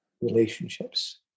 relationships